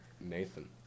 Nathan